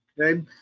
okay